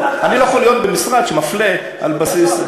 אני לא יכול להיות במשרד שמפלה על בסיס,